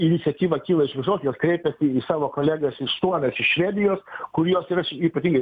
iniciatyva kyla iš viršaus jos kreipėsi į savo kolegas iš suomijos iš švedijos kuriuos ir aš ypatingai